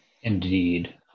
Indeed